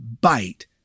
bite